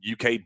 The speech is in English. UK